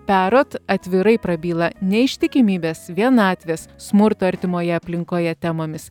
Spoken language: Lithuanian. perot atvirai prabyla neištikimybės vienatvės smurto artimoje aplinkoje temomis